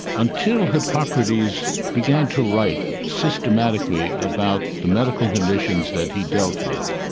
until hippocrates began to write systematically about the medical conditions that he dealt with,